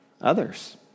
others